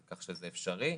כך שזה אפשרי,